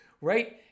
right